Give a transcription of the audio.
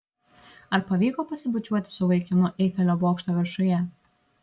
ar pavyko pasibučiuoti su vaikinu eifelio bokšto viršuje